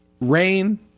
Rain